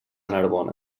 narbona